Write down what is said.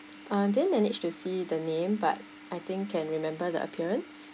uh didn't managed to see the name but I think can remember the appearance